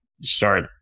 start